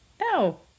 No